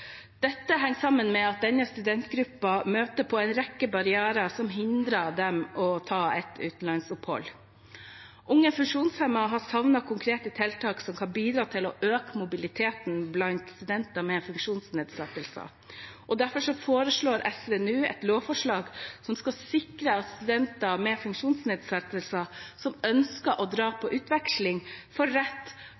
at denne studentgruppen møter på en rekke barrierer som hindrer dem fra å ta et utenlandsopphold. Unge funksjonshemmede har savnet konkrete tiltak som kan bidra til å øke mobiliteten blant studenter med funksjonsnedsettelser. Derfor legger SV nå fram et lovforslag som skal sikre at studenter som har funksjonsnedsettelser og ønsker å dra på